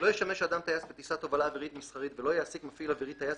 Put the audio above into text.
ישמש אדם טייס בטיסת תובלה אווירית מסחרית ולא יעסיק מפעיל אווירי טייס